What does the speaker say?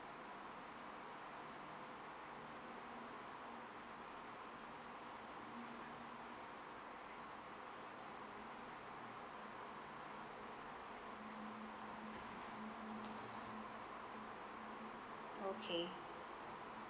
okay